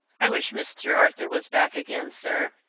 i wish mr. arthur was back again, sir.